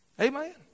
Amen